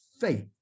faith